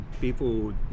people